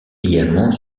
également